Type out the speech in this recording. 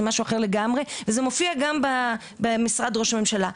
משהו אחר לגמרי וזה מופיע גם במשרד ראש הממשלה.